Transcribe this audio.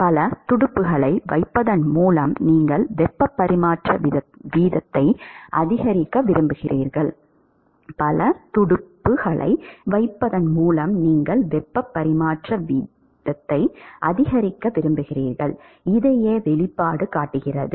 பல துடுப்புகளை வைப்பதன் மூலம் நீங்கள் வெப்ப பரிமாற்ற வீதத்தை அதிகரிக்க விரும்புகிறீர்கள் இதையே வெளிப்பாடு காட்டுகிறது